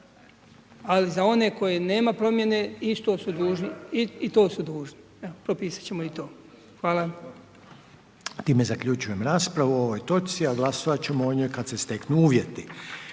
Ali za one koje nema promjene, i to su dužni. Propisat ćemo i to. Hvala. **Reiner, Željko (HDZ)** Time zaključujem raspravu o ovoj točci a glasovat ćemo o njoj kad se steknu uvjeti.